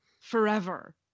Forever